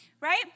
Right